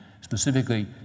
specifically